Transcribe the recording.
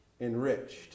enriched